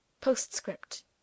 Postscript